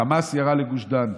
החמאס ירה לגוש דן.